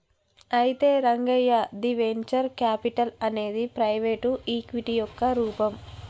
అయితే రంగయ్య ది venture capital అనేది ప్రైవేటు ఈక్విటీ యొక్క రూపం